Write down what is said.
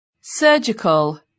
Surgical